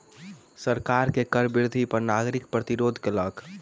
सरकार के कर वृद्धि पर नागरिक प्रतिरोध केलक